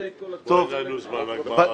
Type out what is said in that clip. אין לנו זמן לגמרא עכשיו.